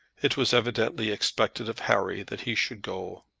it was evidently expected of harry that he should go.